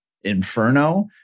inferno